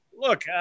Look